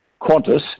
Qantas